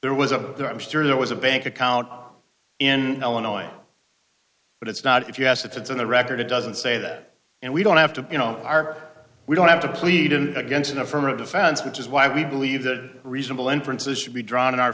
there was a there i'm sure there was a bank account in illinois but it's not if you ask it's on the record it doesn't say that and we don't have to you know are we don't have to plead in against an affirmative defense which is why we believe that reasonable inferences should be drawn in our